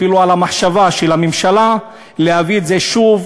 אפילו על המחשבה של הממשלה להביא את זה שוב,